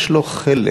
יש לו חלק